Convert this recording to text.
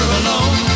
alone